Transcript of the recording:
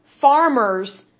farmers